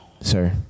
sir